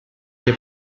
que